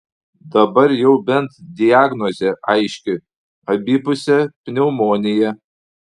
dabar jau bent diagnozė aiški abipusė pneumonija